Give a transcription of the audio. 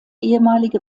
ehemalige